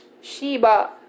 Sheba